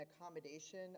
accommodation